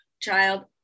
child